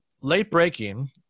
late-breaking